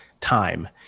time